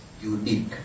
unique